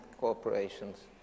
corporations